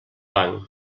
banc